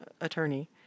attorney